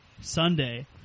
Sunday